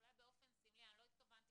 אולי באופן סמלי, לא התכוונתי